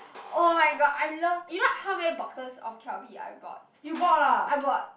oh-my-god I love you know how many boxes of Calbee I bought I bought